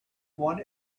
want